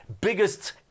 biggest